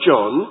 John